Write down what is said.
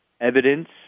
evidence